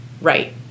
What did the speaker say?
right